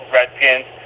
Redskins